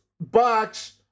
box